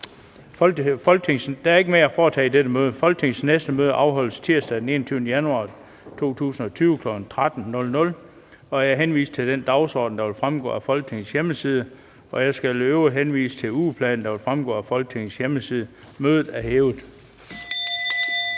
Folketingets næste møde afholdes tirsdag den 21. januar 2020, kl. 13.00. Jeg henviser til den dagsorden, der vil fremgå af Folketingets hjemmeside. Jeg skal i øvrigt henvise til ugeplanen, der ligeledes vil fremgå af Folketings hjemmeside. Mødet er hævet.